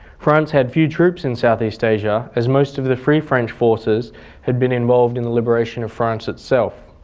france had few troops in south east asia as most of the free french forces had been involved in the liberation of france itself.